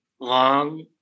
long